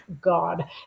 god